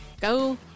go